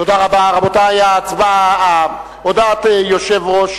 תודה רבה, רבותי, הודעת יושב-ראש